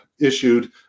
issued